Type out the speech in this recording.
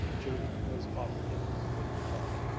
judith was off again with her father.